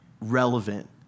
relevant